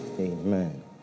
Amen